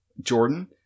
jordan